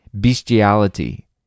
Bestiality